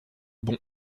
bon